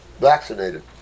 Vaccinated